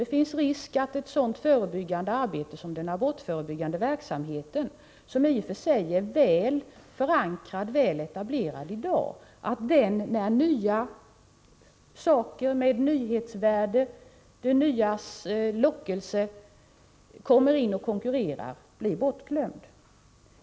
Det finns risk att ett sådant förebyggande arbete som abortförebyggande verksamhet, som i och för sig är väl förankrad och väl etablerad, i dag blir bortglömt när andra saker med nyhetsvärde — det nyas lockelse — kommer in och konkurrerar om pengarna.